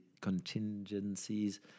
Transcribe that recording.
contingencies